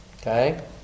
Okay